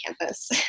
campus